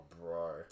bro